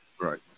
right